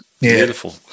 Beautiful